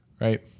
Right